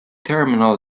terminal